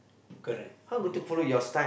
correct